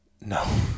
No